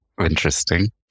Interesting